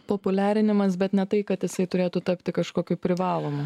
populiarinimas bet ne tai kad jisai turėtų tapti kažkokiu privalomu